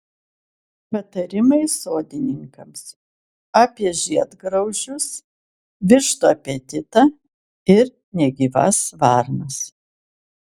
patarimai sodininkams apie žiedgraužius vištų apetitą ir negyvas varnas